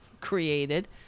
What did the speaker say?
created